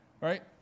right